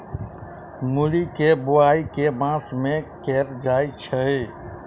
मूली केँ बोआई केँ मास मे कैल जाएँ छैय?